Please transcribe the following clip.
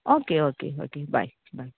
okay okay okay bye bye